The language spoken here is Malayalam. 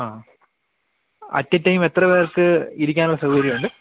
ആ അറ്റ് എ ടൈം എത്ര പേര്ക്ക് ഇരിക്കാനുള്ള സൗകര്യം ഉണ്ട്